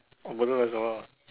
or Bedok reservoir